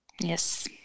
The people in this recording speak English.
Yes